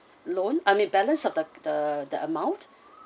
loan I mean balance of the the the amount